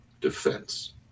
defense